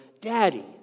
daddy